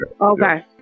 okay